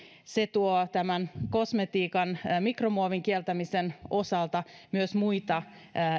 se tuo tämän kosmetiikan mikromuovin kieltämisen lisäksi myös muita